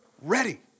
ready